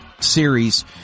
series